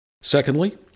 Secondly